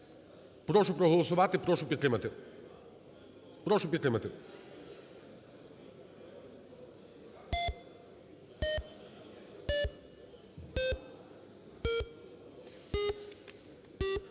Прошу проголосувати. Прошу підтримати.